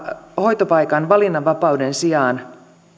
hoitopaikan valinnanvapauden sijaan